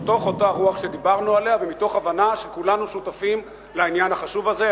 מתוך אותה רוח שדיברנו עליה ומתוך הבנה שכולנו שותפים לעניין החשוב הזה.